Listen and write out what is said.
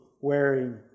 wearing